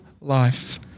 life